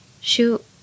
shoot